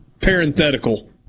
parenthetical